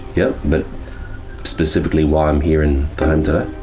yep, but specifically why i'm here in the and